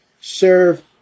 serve